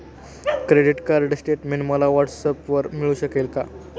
Credit card statement मला व्हॉट्सऍपवर मिळू शकेल का?